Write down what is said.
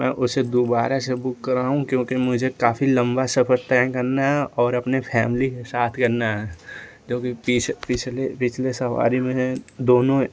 मैं उसे दोबारा से बुक कराऊँ क्योंकि मुझे काफी लम्बा सफर तय करना है और अपनी फैमिली के साथ करना ह क्योंकि पिछले सवारी में दोनों